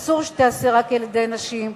אסור שתיעשה רק על-ידי נשים,